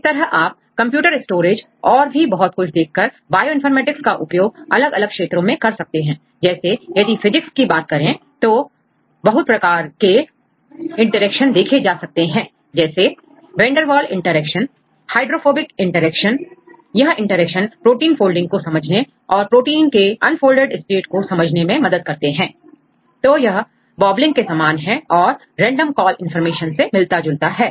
इस तरह आप कंप्यूटर स्टोरेज और भी बहुत कुछ देखकर बायोइनफॉर्मेटिक्स का उपयोग अलग अलग क्षेत्रों में कर सकते हैं जैसे यदि फ़िज़िक्स की बात करें तो बहुत प्रकार के इंटरेक्शन देखे जा सकते हैं जैसेवेंडर बॉल्स इंटरेक्शन हाइड्रोफोबिक इंटरेक्शंस यह इंटरेक्शंस प्रोटीन फोल्डिंग को समझने और प्रोटीन के अनफोल्डेड स्टेट को समझने में मदद करते हैं तो यह वाबिलिंग के समान है और रेंडम कॉल कन्फर्मेशन से बहुत मिलता जुलता है